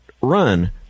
run